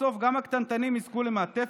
סוף-סוף גם הקטנטנים יזכו למעטפת,